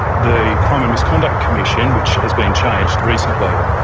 the crime and misconduct commission, which has been changed recently,